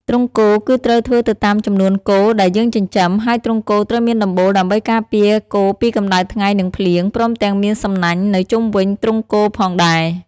ទ្រុងគោគឺត្រូវធ្វើទៅតាមចំនួនគោដែលយើងចិញ្ចឹម ហើយទ្រុងគោត្រូវមានដំបូលដើម្បីការពារគោពីកម្ដៅថ្ងៃ និងភ្លៀង ព្រមទាំងមានសំណាញនៅជុំវិញទ្រង់គោផងដែរ។